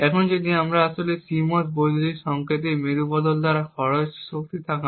এখন যদি আমরা আসলে CMOS বৈদ্যুতিন সংকেতের মেরু বদল দ্বারা খরচ শক্তি তাকান